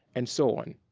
and so on.